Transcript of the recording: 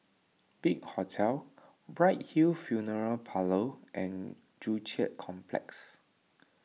Big Hotel Bright Hill Funeral Parlour and Joo Chiat Complex